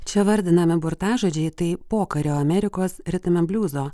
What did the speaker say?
čia vardinami burtažodžiai tai pokario amerikos ritmenbliuzo